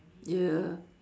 ya